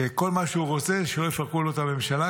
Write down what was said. שכל מה שהוא רוצה זה שלא יפרקו לו את הממשלה,